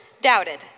doubted